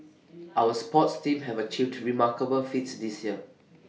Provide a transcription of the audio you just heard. our sports teams have achieved remarkable feats this year